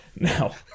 Now